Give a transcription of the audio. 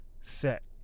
Set